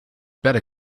better